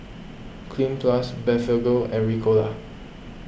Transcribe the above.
Cleanz Plus Blephagel and Ricola